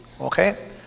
Okay